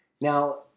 Now